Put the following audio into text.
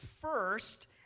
first